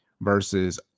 versus